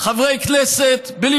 חברי כנסת בבניין הזה,